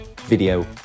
video